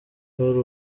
kwari